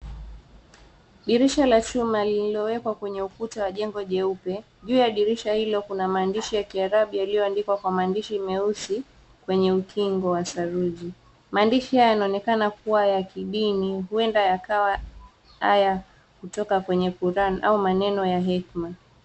Dirisha la chuma lililowekwa kwenye ukuta la jengo jeupe, juu ya dirisha hilo kuna madhishi ya kiarabu yaliyoandikwa kwa maandishi meusi kwenye ukingo wa saruji. Maandishi haya yanaonekana kuwa ya kidini huenda yakawa Aya kutoka kwenye Quran ama maneno ya hekima.